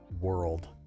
world